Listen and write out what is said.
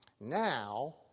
Now